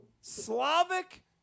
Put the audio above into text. Slavic